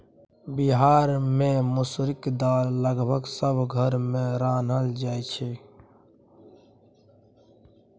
बिहार मे मसुरीक दालि लगभग सब घर मे रान्हल जाइ छै